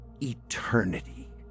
eternity